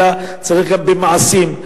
אלא צריך גם מעשים.